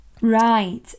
right